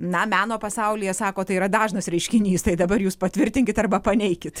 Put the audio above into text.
na meno pasaulyje sako tai yra dažnas reiškinys tai dabar jūs patvirtinkit arba paneikit